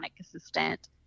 assistant